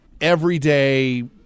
everyday